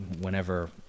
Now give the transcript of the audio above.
whenever